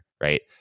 right